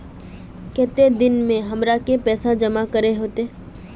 केते दिन में हमरा के पैसा जमा करे होते?